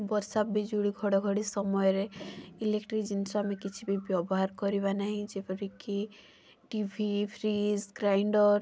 ବର୍ଷା ବିଜୁଳି ଘଡ଼ଘଡ଼ି ସମୟରେ ଇଲେଟ୍ରିକ୍ ଜିନିଷ ଆମେ କିଛି ବି ବ୍ୟବହାର କରିବା ନାହିଁ ଯେପରିକି ଟି ଭି ଫ୍ରିଜ୍ ଗ୍ରାଇଣ୍ଡର୍